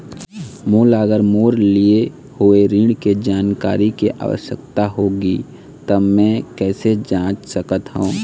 मोला अगर मोर लिए हुए ऋण के जानकारी के आवश्यकता होगी त मैं कैसे जांच सकत हव?